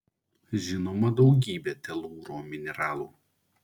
žinoma daugybė telūro mineralų